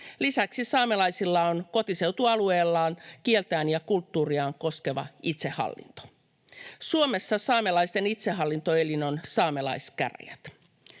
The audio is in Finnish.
Lisäksi saamelaisilla on kotiseutualueellaan kieltään ja kulttuuriaan koskeva itsehallinto. Suomessa saamelaisten itsehallintoelin on saamelaiskäräjät.